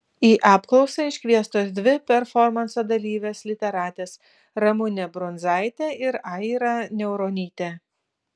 į apklausą iškviestos dvi performanso dalyvės literatės ramunė brunzaitė ir aira niauronytė